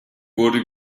wurde